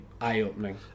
eye-opening